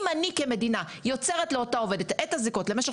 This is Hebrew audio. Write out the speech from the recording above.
אם אני כמדינה יוצרת לאותה עובדת את הזיקות למשך